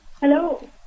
Hello